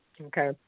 Okay